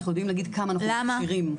אנחנו יודעים להגיד כמה אנחנו מכשירים.